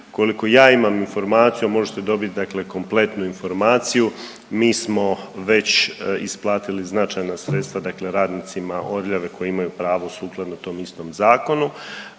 Koliko ja imam informaciju, a možete dobiti dakle kompletnu informaciju mi smo već isplatiti značajna sredstva dakle radnicima Orljave koji imaju pravo sukladno tom istom zakonu.